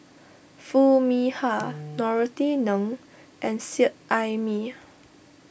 Foo Mee Har Norothy Ng and Seet Ai Mee